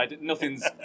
Nothing's